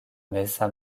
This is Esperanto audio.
meza